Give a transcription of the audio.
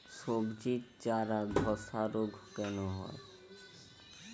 সবজির চারা ধ্বসা রোগ কেন হয়?